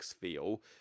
feel